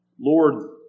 Lord